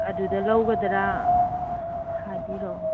ꯑꯗꯨꯗ ꯂꯧꯒꯗ꯭ꯔꯥ ꯍꯥꯏꯕꯤꯔꯛꯑꯣ